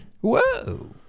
Whoa